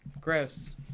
Gross